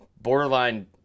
borderline